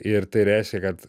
ir tai reiškia kad